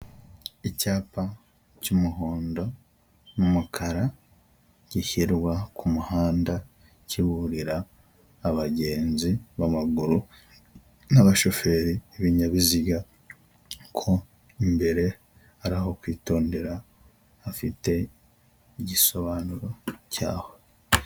Icyapa cy'umuhondo n'umukara, gishyirwa ku muhanda kiburira abagenzi b'amaguru n'abashoferi b'ibinyabiziga ko imbere ari aho kwitondera hafite igisobanuro cyaho.